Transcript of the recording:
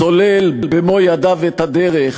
סולל במו-ידיו את הדרך